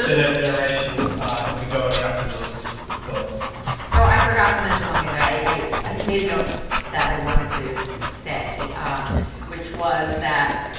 and and iteration and to going after those goals so i forgot to mention one thing that i i had made a note that i wanted to say which was that?